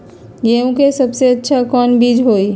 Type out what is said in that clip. गेंहू के सबसे अच्छा कौन बीज होई?